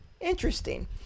interesting